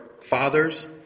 fathers